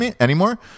anymore